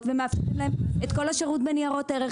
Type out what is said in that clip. ומאפשרים להם את כל השירות בניירות ערך.